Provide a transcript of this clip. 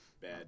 Bad